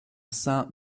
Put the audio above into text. saint